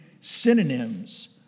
synonyms